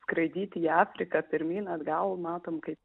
skraidyti į afriką pirmyn atgal matom kaip